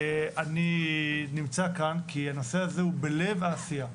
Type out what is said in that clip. אני נמצא כאן, כי הנושא הזה הוא בלב העשייה.